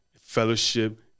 fellowship